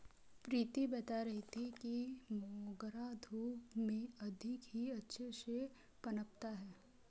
प्रीति बता रही थी कि मोगरा धूप में बहुत ही अच्छे से पनपता है